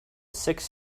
six